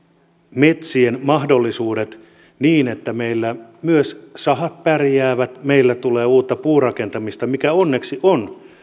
metsien mahdollisuudet niin että meillä myös sahat pärjäävät meillä tulee uutta puurakentamista mikä onneksi on